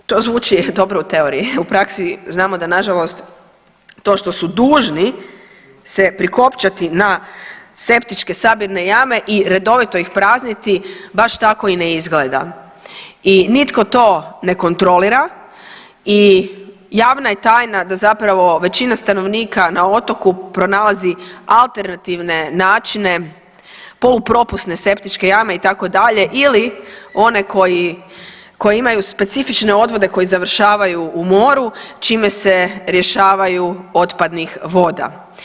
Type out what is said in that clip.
E sad, to zvuči dobro u teoriji, u praksi znamo da nažalost to što su dužni se prikopčati na septičke sabirne jame i redovito ih prazniti baš tako i ne izgleda i nitko to ne kontrolira i javna je tajna da zapravo većina stanovnika na otoku pronalazi alternativne načine polupropusne septičke jame itd., ili one koji, koje imaju specifične odvode koji završavaju u moru čime se rješavaju otpadnih voda.